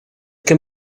can